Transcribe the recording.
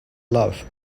love